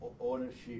ownership